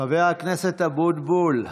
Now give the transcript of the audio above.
חבר הכנסת אבוטבול,